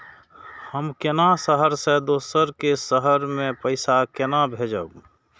हम केना शहर से दोसर के शहर मैं पैसा केना भेजव?